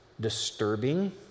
disturbing